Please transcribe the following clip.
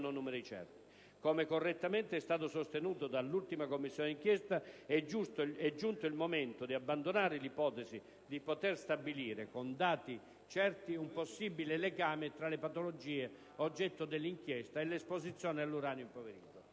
Come, correttamente, è stato sostenuto dall'ultima Commissione d'inchiesta, è giunto il momento di abbandonare l'ipotesi di poter stabilire, con dati certi, un possibile legame tra le patologie oggetto dell'inchiesta e l'esposizione all'uranio impoverito